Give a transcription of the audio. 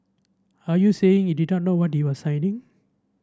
are you saying he did not know what you are signing